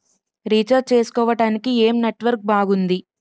Recharge చేసుకోవటానికి ఏం network బాగుంది?